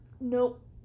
Nope